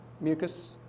mucus